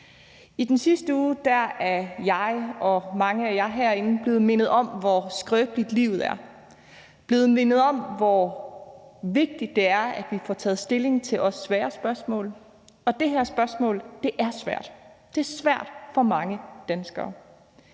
I den sidste uge er jeg og mange af jer herinde blevet mindet om, hvor skrøbeligt livet er, og blevet mindet om, hvor vigtigt det er, at vi får taget stilling til også svære spørgsmål, og det her spørgsmål er svært. Det er svært for mange danskere.